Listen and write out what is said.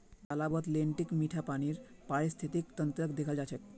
तालाबत लेन्टीक मीठा पानीर पारिस्थितिक तंत्रक देखाल जा छे